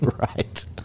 Right